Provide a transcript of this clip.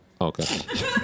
Okay